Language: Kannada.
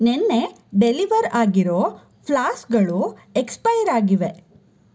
ನೆನ್ನೆ ಡೆಲಿವರ್ ಆಗಿರೋ ಫ್ಲಾಸ್ಕ್ಗಳು ಎಕ್ಸ್ಪೈರ್ ಆಗಿವೆ